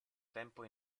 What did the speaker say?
tempo